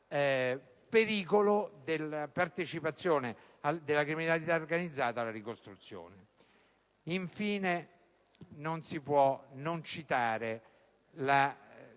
pericolo della partecipazione della criminalità organizzata alla ricostruzione. Infine, non si può non citare lo